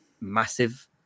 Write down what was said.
massive